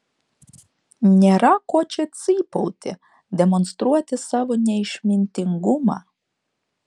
nėra ko čia cypauti demonstruoti savo neišmintingumą